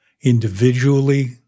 individually